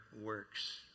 works